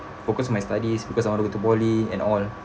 focus on my studies because I want to go to poly and all